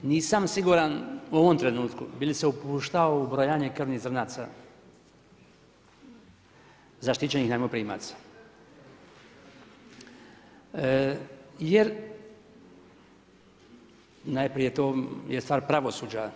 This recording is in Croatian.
Nisam siguran u ovom trenutku bi li se upuštao u brojanje krvnih zrnaca zaštićenih najmoprimaca, jer najprije to je stvar pravosuđa.